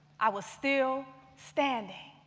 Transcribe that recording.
i was still standing.